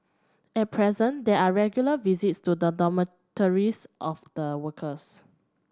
at present there are regular visits to the dormitories of the workers